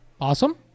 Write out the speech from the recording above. Awesome